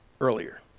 earlier